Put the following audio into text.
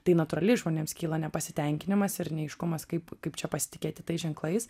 tai natūraliai žmonėms kyla nepasitenkinimas ir neaiškumas kaip kaip čia pasitikėti tais ženklais